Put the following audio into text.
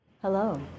Hello